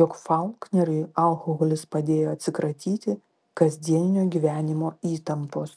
jog faulkneriui alkoholis padėjo atsikratyti kasdieninio gyvenimo įtampos